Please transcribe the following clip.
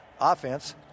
offense